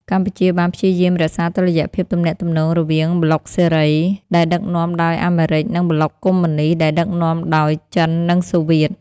កម្ពុជាបានព្យាយាមរក្សាតុល្យភាពទំនាក់ទំនងរវាងប្លុកសេរី ដែលដឺកនាំដោយអាមេរិក និងប្លុកកុម្មុយនីស្តដែលដឺកនាំដោ ចិននិងសូវៀត។